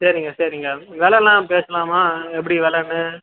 சரிங்க சரிங்க வெலைலாம் பேசலாமா எப்படி வெலைன்னு